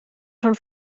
schon